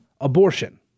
abortion